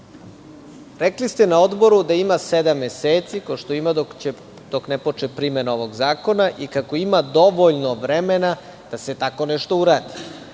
rekli da ima sedam meseci, kao što ima, dok ne počne primena ovog zakona i kako ima dovoljno vremena da se tako nešto uradi.